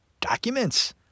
documents